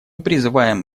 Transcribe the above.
призываем